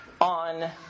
on